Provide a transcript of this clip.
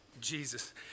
Jesus